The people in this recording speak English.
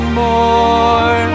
more